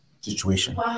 situation